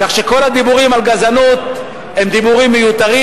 כך שכל הדיבורים על גזענות הם דיבורים מיותרים,